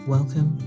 Welcome